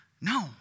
No